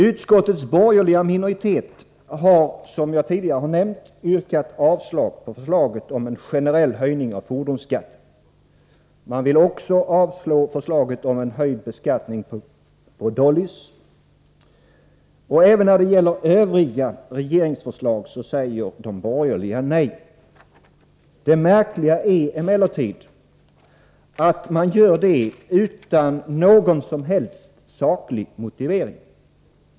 Utskottets borgerliga minoritet har som tidigare nämnts yrkat avslag på förslaget om en generell höjning av fordonsskatten. Man vill också avslå förslaget om höjd beskattning av dollys. Även när det gäller övriga regeringsförslag säger de borgerliga nej. Det märkliga är emellertid att man gör det utan någon som helst saklig motivering.